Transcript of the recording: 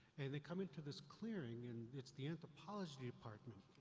and they come into this clearing, and it's the anthropology department,